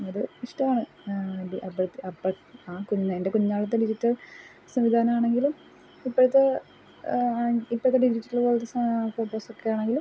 അത് ഇഷ്ടമാണ് അത് അപ്പോഴത്തെ ആ കുഞ്ഞിന് എൻ്റെ കുഞ്ഞുനാളത്തെ ഡിജിറ്റൽ സംവിധാനമാണെങ്കിലും ഇപ്പോഴത്തെ ഇപ്പോത്തെ ഡിജിറ്റൽ പോലത്തെ ഫോട്ടോസൊക്കെയാണെങ്കിലും